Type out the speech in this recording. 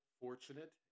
fortunate